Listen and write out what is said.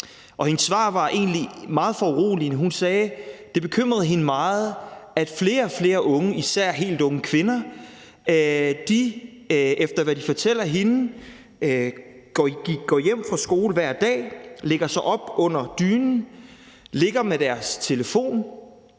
var egentlig meget foruroligende. Hun sagde, at det bekymrede hende meget, at flere og flere unge – især helt unge kvinder – efter hvad de fortæller hende, går hjem fra skole hver dag, lægger sig op under dynen, ligger med deres telefon,